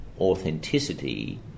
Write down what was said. authenticity